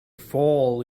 fall